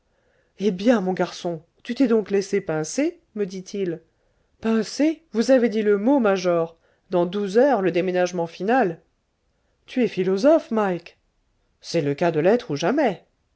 eh bien mon garçon tu t'es donc laissé pincer me dit-il pincé vous avez dit le mot major dans douze heures le déménagement final tu es philosophe mike c'est le cas de l'être ou jamais